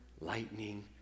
lightning